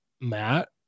Matt